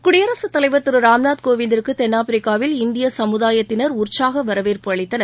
குடியரசுத் தலைவர் திரு ராம்நாத் கோவிந்திற்கு தென்னாப்பிரிக்காவில் இந்திய சமுதாயத்தினர் உற்சாக வரவேற்பு அளித்தனர்